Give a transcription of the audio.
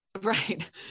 Right